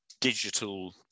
digital